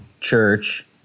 church